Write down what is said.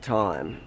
time